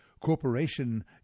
Corporation